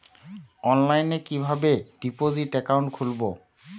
অনলাইনে কিভাবে deposit account খুলবো?